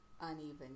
uneven